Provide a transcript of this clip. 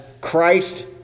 Christ